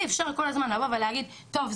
אי אפשר כל הזמן לבוא ולהגיד 'טוב,